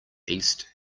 east